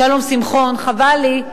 שלום שמחון, חבל לי,